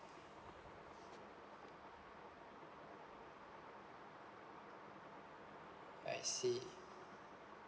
I see